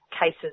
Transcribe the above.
cases